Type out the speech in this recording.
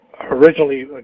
originally